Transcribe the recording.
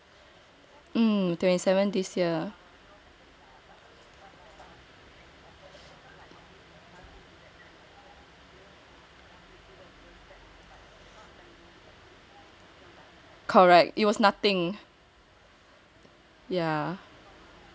mm twenty seven this year correct it was nothing